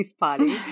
party